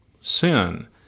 sin